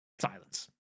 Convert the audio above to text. Silence